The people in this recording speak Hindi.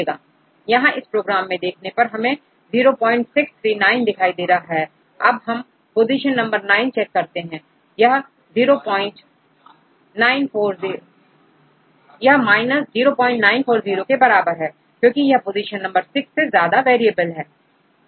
यहां इस प्रोग्राम में देखने पर हमें यह 0639 दिखाई दे रहा है अब हम पोजीशन नंबर 9 चेक करते हैं यह 0940 के बराबर है क्योंकि यह पोजीशन नंबर 6 से ज्यादा वेरिएबल है